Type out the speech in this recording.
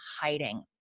hiding